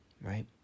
right